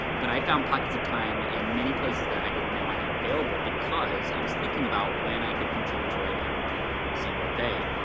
but i found pockets of time in many places that i didn't know i had available because i was thinking about when i could continue to write every single day.